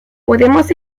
podemos